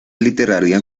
literaria